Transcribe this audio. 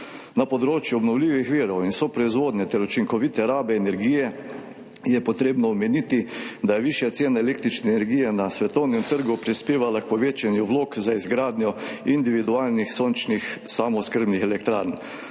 Na področju obnovljivih virov in soproizvodnje ter učinkovite rabe energije je potrebno omeniti, da je višja cena električne energije na svetovnem trgu prispevala k povečanju vlog za izgradnjo individualnih sončnih samooskrbnih elektrarn.